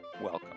welcome